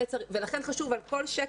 ולכן חשוב על כל שקף,